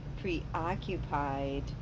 preoccupied